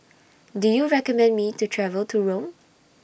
Do YOU recommend Me to travel to Rome